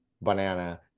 banana